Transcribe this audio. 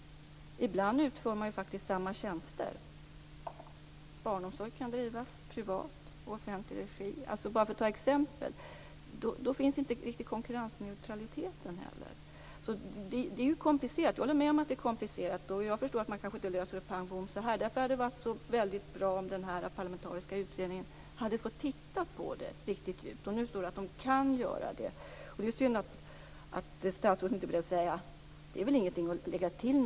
Ibland utför man samma tjänster. Barnomsorg kan t.ex. bedrivas i privat och offentlig regi. Då finns inte riktigt en konkurrensneutralitet. Jag medger att det är komplicerat och att man inte kan lösa frågan pang bom så här. Därför hade det varit så väldigt bra om den parlamentariska utredningen hade fått titta på det. Nu står det i direktiven att den kan göra det. Det är synd att statsrådet säger att det inte är någonting att lägga till.